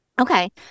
Okay